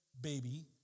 baby